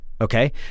Okay